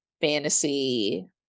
fantasy